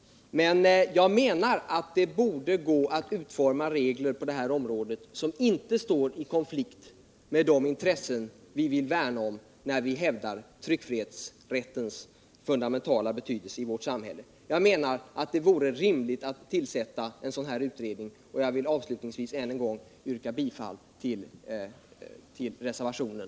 Men jag menar att det borde gå att utforma regler på området som inte står i konflikt med det intresse vi vill värna om när vi hävdar tryckfrihetsrättens fundamentala betydelse i vårt samhälle. Det vore rimligt att tillsätta en sådan här utredning, och jag vill avslutningsvis än en gång yrka bifall till reservationen.